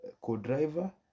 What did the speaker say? co-driver